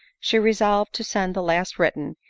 she resolved to send the last written,